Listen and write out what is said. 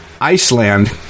Iceland